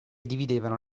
dividevano